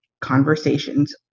conversations